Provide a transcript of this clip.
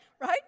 right